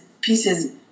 pieces